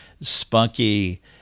spunky